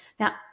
Now